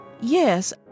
Yes